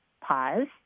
pause